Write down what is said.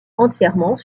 entièrement